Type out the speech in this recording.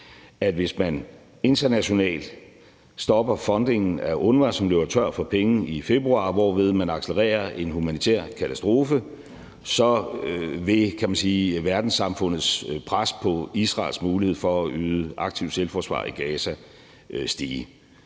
at hvis man internationalt stopper fundingen af UNRWA, som løber tør for penge i februar, hvorved man accelererer en humanitær katastrofe, så vil, kan man sige, verdenssamfundets pres på Israels mulighed for at yde aktivt selvforsvar i Gaza stige.